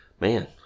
man